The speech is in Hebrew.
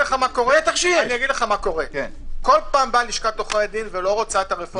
כל פעם באה לשכת עורכי הדין ולא רוצה את הרפורמה הזאת.